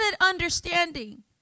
understanding